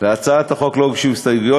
להצעת החוק לא הוגשו הסתייגויות,